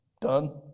Done